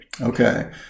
Okay